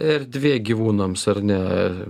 erdvė gyvūnams ar ne